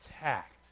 attacked